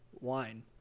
wine